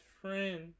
friend